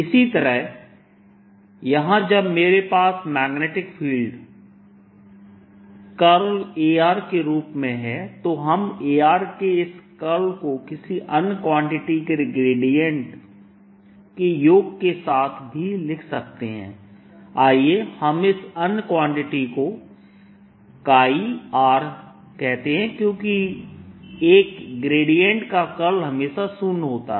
इसी तरह यहां जब मेरे पास magnetic field B curl A के रूप में है तो हम A के इस कर्ल को किसी अन्य क्वांटिटी के ग्रेडिएंट के योग के साथ भी लिख सकते हैं आइए हम इस अन्य क्वांटिटी को कहते हैं क्योंकि एक ग्रेडिएंट का कर्ल हमेशा शून्य होता है